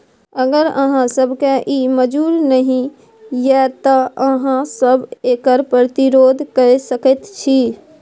अगर अहाँ सभकेँ ई मजूर नहि यै तँ अहाँ सभ एकर प्रतिरोध कए सकैत छी